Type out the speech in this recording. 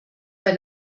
bei